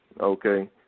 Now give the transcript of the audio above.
Okay